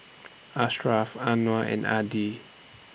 Ashraf Anuar and Adi